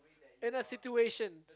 in that situation